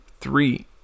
three